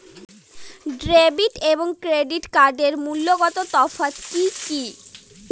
Debit এবং credit কার্ডের মূলগত তফাত কি কী?